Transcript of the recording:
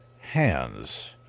hands